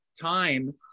time